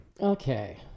Okay